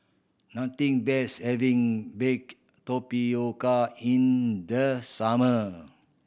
nothing beats having baked tapioca in the summer